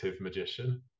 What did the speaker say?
magician